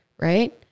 right